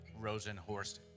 Rosenhorst